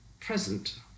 present